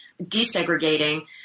desegregating